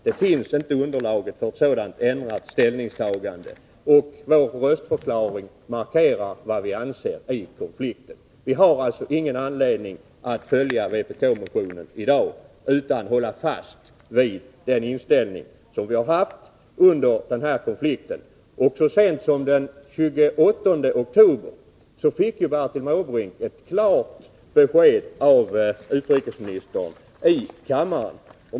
Det finns inte underlag för ett sådant ändrat ställningstagande, och vår röstförklaring markerar vad vi anser i konflikten. Vi har alltså ingen anledning att följa vpk-motionen i dag, utan vi håller fast vid den inställning som vi har haft under den här konflikten. Så sent som den 28 oktober fick Bertil Måbrink ett klart besked av utrikesministern i kammaren.